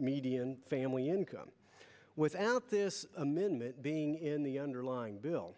median family income without this amendment being in the underlying bill